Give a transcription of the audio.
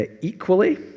Equally